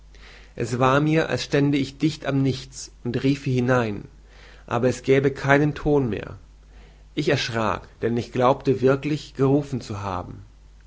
es war mir als stände ich dicht am nichts und riefe hinein aber es gäbe keinen ton mehr ich erschrack denn ich glaubte wirklich gerufen zu haben